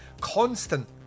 constant